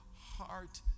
heart